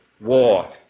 war